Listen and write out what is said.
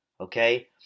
Okay